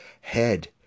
head